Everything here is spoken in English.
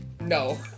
No